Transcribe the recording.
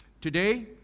today